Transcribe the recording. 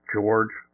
George